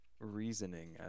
reasoning